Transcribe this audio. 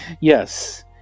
Yes